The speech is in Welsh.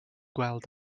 gweld